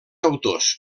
autors